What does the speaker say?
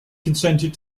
consented